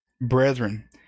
brethren